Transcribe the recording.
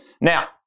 now